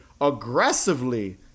aggressively